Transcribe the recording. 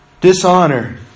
dishonor